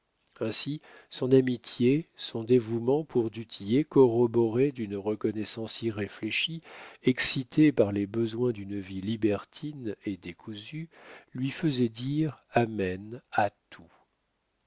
ainsi son amitié son dévouement pour du tillet corroborés d'une reconnaissance irréfléchie excités par les besoins d'une vie libertine et décousue lui faisaient dire amen à tout